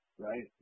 right